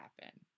happen